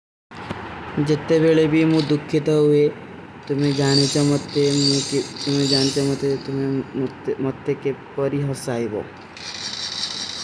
ଜିତ୍ତେ ଵିଲେ ଭୀ ମୁଝ ଦୁଖେ ତୋ ହୁଏ, ତୁମ୍ହେଂ ଜାନେ ଚାମତେ, ତୁମ୍ହେଂ ଜାନେ ଚାମତେ, ତୁମ୍ହେଂ ମତ୍ତେ କେ ପରୀ ହସାଈବୋ।